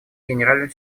генеральным